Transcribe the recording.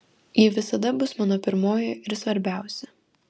ji visada bus mano pirmoji ir svarbiausia